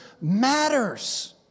matters